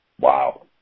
Wow